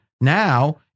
now